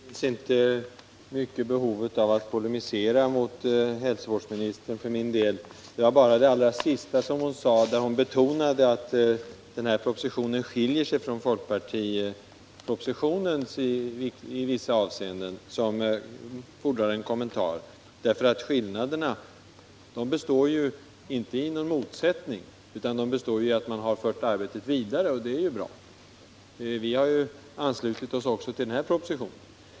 Herr talman! Det finns inte mycket behov av att polemisera mot hälsovårdsministern för min del. Det var bara det allra sista hon sade, där hon betonade att den här propositionen i vissa avseenden skiljer sig från folkpartipropositionen, som fordrar en kommentar. Skillnaderna består inte i någon motsättning, utan de består i att man har fört arbetet vidare. Det är bra, och vi har anslutit oss också till den här propositionen.